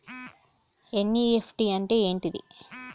NEFT అంటే ఏంటిది?